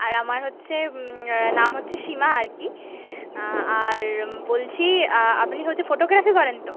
আর আমার হচ্ছে নাম হচ্ছে সীমা আর কি আর বলছি আপনি হচ্ছে ফোটোগ্রাফি করেন তো